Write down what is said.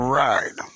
right